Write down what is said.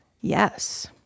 Yes